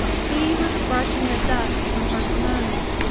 he was brushing the dust from her kimono,